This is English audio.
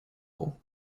all